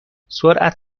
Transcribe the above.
سرعت